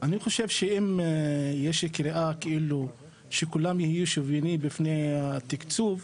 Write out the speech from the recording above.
אני חושב שאם יש קריאה שכולם יהיו שוויוניים בפני התקצוב,